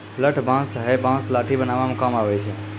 लठ बांस हैय बांस लाठी बनावै म काम आबै छै